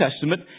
Testament